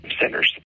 centers